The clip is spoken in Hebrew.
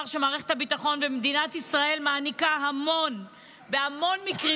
הביטחון במדינת ישראל מעניקה סיוע בהמון מקרים,